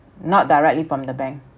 not directly from the bank